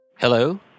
Hello